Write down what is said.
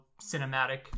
cinematic